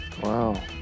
wow